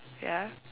ya